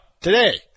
today